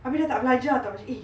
abeh dah tak belajar eh